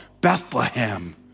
Bethlehem